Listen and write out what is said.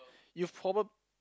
you've proba~